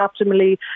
optimally